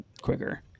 quicker